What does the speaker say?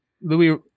Louis